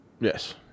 Yes